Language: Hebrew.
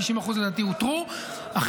עד כמה שרק אפשר, ולדעתי אותרו כבר למעלה מ-60%.